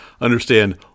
understand